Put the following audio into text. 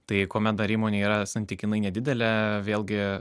tai kuomet dar įmonė yra santykinai nedidelę vėlgi